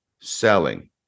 selling